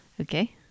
Okay